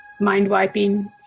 mind-wiping